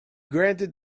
granted